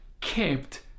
kept